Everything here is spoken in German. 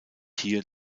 hier